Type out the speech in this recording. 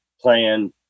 plan